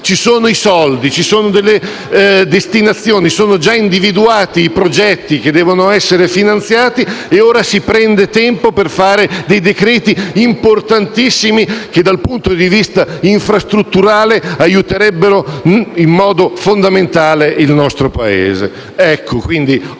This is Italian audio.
Ci sono i soldi, ci sono delle destinazioni, sono già stati individuati i progetti che devono essere finanziati e ora si prende tempo per fare dei decreti importantissimi che dal punto di vista infrastrutturale aiuterebbero in modo fondamentale il nostro Paese.